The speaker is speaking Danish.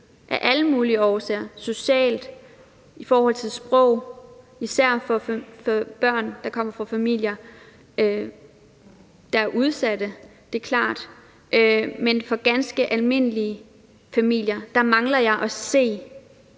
af alle mulige årsager, socialt og i forhold til sprog, og især for børn, der kommer fra familier, der er udsatte; det er klart. Men for ganske almindelige familier mangler jeg at se